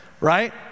right